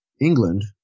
england